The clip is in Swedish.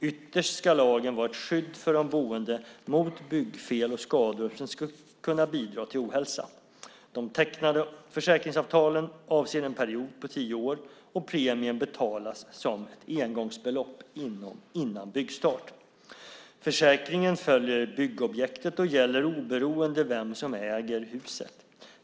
Ytterst ska lagen vara ett skydd för de boende mot byggfel och skador som skulle kunna bidra till ohälsa. De tecknade försäkringsavtalen avser en period på tio år, och premien betalas som ett engångsbelopp innan byggstart. Försäkringen följer byggobjektet och gäller oberoende av vem som äger huset.